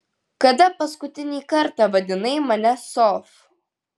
kada paskutinį kartą vadinai mane sof